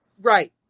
right